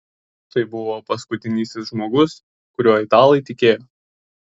tai buvo paskutinysis žmogus kuriuo italai tikėjo